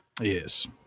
Yes